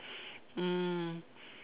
mm